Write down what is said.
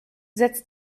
setz